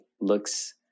looks